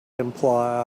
imply